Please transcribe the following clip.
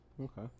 Okay